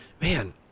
Man